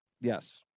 Yes